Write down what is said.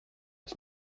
ich